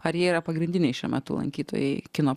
ar jie yra pagrindiniai šiuo metu lankytojai kino